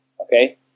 okay